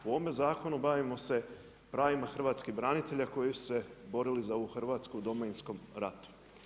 U ovome zakonu, bavimo se pravima hrvatskih branitelja, koji su se borili za ovu Hrvatsku u domovinskom ratu.